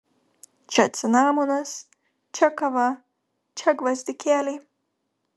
čia cinamonas čia kava čia gvazdikėliai